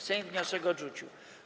Sejm wniosek odrzucił.